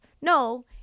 No